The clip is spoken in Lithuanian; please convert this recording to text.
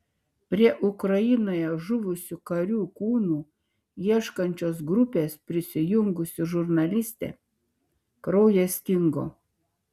prie ukrainoje žuvusių karių kūnų ieškančios grupės prisijungusi žurnalistė kraujas stingo